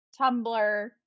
Tumblr